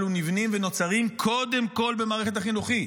אלו נבנים ונוצרים קודם כול במערכת החינוכית,